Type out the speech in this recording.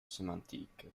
sémantique